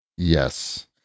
Yes